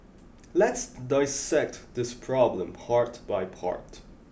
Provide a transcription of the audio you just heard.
let's dissect this problem part by part